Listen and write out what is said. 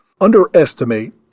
underestimate